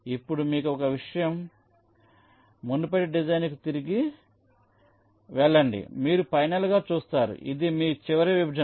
ఇప్పుడు మీకు ఒక విషయం మీరు మునుపటి డిజైన్కు తిరిగి వెళ్లండి మీరు ఫైనల్గా చూస్తారు ఇది మీ చివరి విభజన